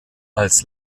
als